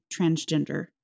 transgender